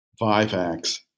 vivax